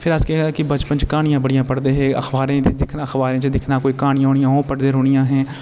फेर अस केह् हा बचपन च कहानियां बड़ियां पड़दे हे अखबारे च दिखना अखबारे च दिखना कोई कहानियां होनियां ओह् पढ़दे रोह्नियां आहे